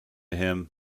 him